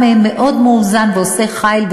אחד מהם מאוד מאוזן ועושה חיל,